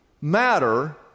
matter